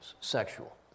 sexual